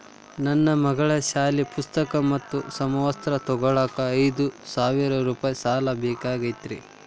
ನನ್ನ ಮಗಳ ಸಾಲಿ ಪುಸ್ತಕ್ ಮತ್ತ ಸಮವಸ್ತ್ರ ತೊಗೋಳಾಕ್ ಐದು ಸಾವಿರ ರೂಪಾಯಿ ಸಾಲ ಬೇಕಾಗೈತ್ರಿ